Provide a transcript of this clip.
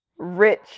rich